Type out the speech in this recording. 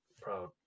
proud